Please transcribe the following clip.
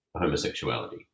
homosexuality